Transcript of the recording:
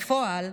בפועל,